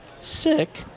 sick